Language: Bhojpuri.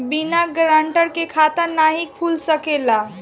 बिना गारंटर के खाता नाहीं खुल सकेला?